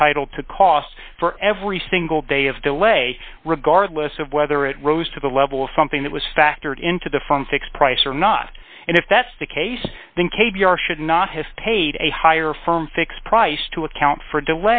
entitled to costs for every single day of delay regardless of whether it rose to the level of something that was factored into the phone fixed price or not and if that's the case then k b r should not have paid a higher firm fixed price to account for